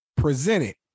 Presented